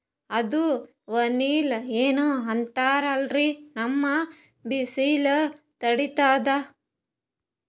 ಅದು ವನಿಲಾ ಏನೋ ಅಂತಾರಲ್ರೀ, ನಮ್ ಬಿಸಿಲ ತಡೀತದಾ?